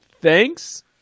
thanks